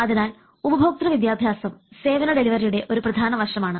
അതിനാൽ ഉപഭോക്തൃ വിദ്യാഭ്യാസം സേവന ഡെലിവറിയുടെ ഒരു പ്രധാന വശമാണ്